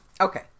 Okay